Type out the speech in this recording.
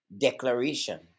Declaration